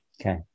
Okay